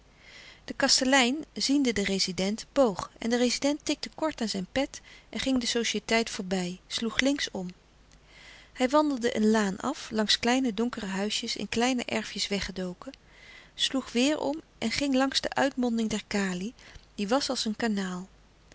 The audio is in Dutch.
de kastelein ziende den rezident boog en de rezident tikte kort aan zijn pet en ging de societeit voorbij sloeg links om hij wandelde een laan af langs kleine donkere huisjes in kleine erfjes weggedoken sloeg weêr om en ging langs de uitmonding der kali die was als een kanaal